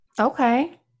okay